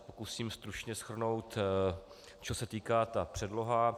Pokusím se stručně shrnout, čeho se týká předloha.